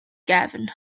gefn